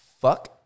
Fuck